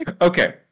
okay